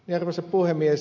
arvoisa puhemies